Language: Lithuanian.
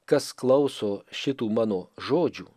kas klauso šitų mano žodžių